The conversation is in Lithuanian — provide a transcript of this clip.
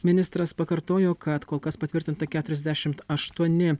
ministras pakartojo kad kol kas patvirtinta keturiasdešimt aštuoni